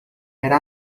era